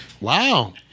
Wow